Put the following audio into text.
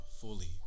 fully